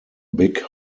big